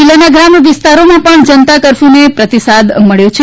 જીલ્લાના ગ્રામ્ય વિસ્તારોમાં પણ જનતા કરર્ફયુને પ્રતિસાદ મળ્યો છે